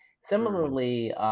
Similarly